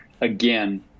again